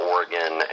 Oregon